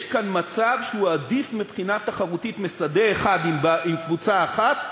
יש כאן מצב שהוא עדיף מבחינה תחרותית משדה אחד עם קבוצה אחת.